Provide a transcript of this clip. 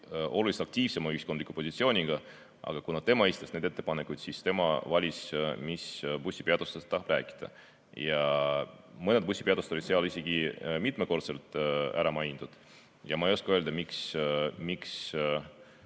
oluliselt aktiivsema ühiskondliku positsiooniga. Aga kuna tema esitas need ettepanekud, siis tema valis, mis bussipeatustest ta tahab rääkida. Mõned bussipeatused olid seal isegi mitu korda ära mainitud. Ma ei oska öelda, miks